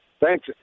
Thanks